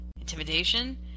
intimidation